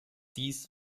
dies